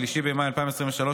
3 במאי 2023,